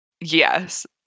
Yes